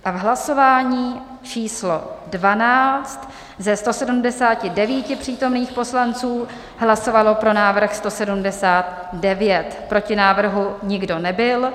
V hlasování číslo 12 ze 179 přítomných poslanců hlasovalo pro návrh 179, proti návrhu nikdo nebyl.